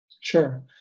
Sure